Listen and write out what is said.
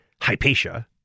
Hypatia